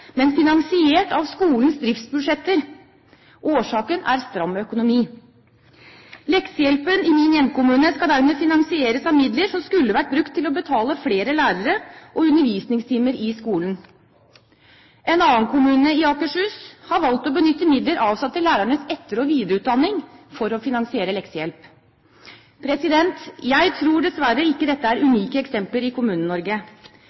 men finansiert av skolens driftsbudsjetter. Årsaken er stram økonomi. Leksehjelpen i min hjemkommune skal dermed finansieres av midler som skulle vært brukt til å betale flere lærere og undervisningstimer i skolen. En annen kommune i Akershus har valgt å benytte midler avsatt til lærernes etter- og videreutdanning for å finansiere leksehjelp. Jeg tror dessverre ikke dette er